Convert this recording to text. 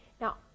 Now